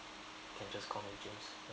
you can just call me james